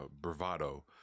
bravado